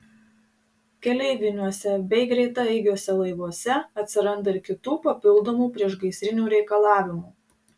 keleiviniuose bei greitaeigiuose laivuose atsiranda ir kitų papildomų priešgaisrinių reikalavimų